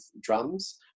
drums